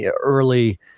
early